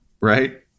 right